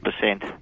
percent